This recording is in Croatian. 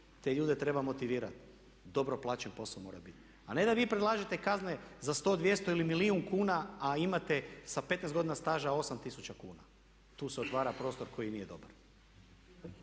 te ljude treba motivirat, dobro plaćen posao mora bit. A ne da vi predlažete kazne za 100, 200 ili milijun kuna, a imate sa 15 godina staža 8000 kuna. Tu se otvara prostor koji nije dobar.